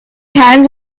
hands